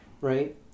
right